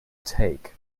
take